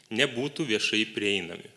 nebūtų viešai prieinami